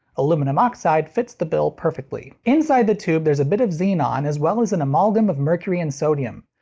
aluminum oxide fits the bill perfectly. inside the tube there's a bit of xenon, as well as an amalgam of mercury and sodium.